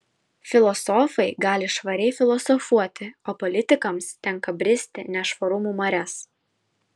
filosofai gali švariai filosofuoti o politikams tenka bristi nešvarumų marias